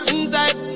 Inside